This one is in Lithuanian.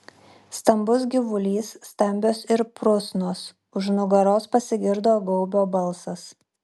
stambus gyvulys stambios ir prusnos už nugaros pasigirdo gaubio balsas